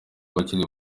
abakiri